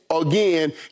again